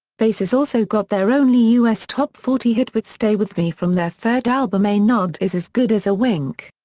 faces also got their only us top forty hit with stay with me from their third album a nod is as good as a wink.